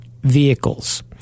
vehicles